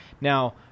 Now